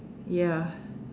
ya